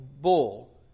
bull